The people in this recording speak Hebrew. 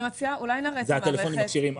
אני מציעה שנראה את המערכת.